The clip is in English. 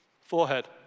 forehead